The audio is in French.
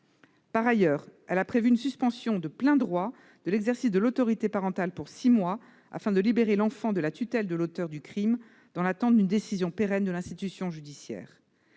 Par ailleurs, elle a prévu une suspension de plein droit de l'exercice de l'autorité parentale pour six mois, afin de libérer l'enfant de la tutelle de l'auteur du crime, dans l'attente d'une décision pérenne de l'institution judiciaire.